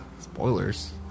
Spoilers